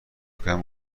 کردن